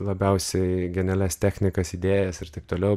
labiausiai genialias technikas idėjas ir taip toliau